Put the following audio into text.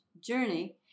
journey